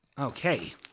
Okay